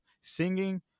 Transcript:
singing